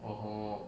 oh